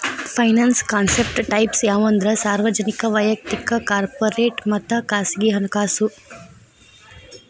finance concept types ಯಾವಂದ್ರ ಸಾರ್ವಜನಿಕ ವಯಕ್ತಿಕ ಕಾರ್ಪೊರೇಟ್ ಮತ್ತ ಖಾಸಗಿ ಹಣಕಾಸು